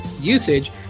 usage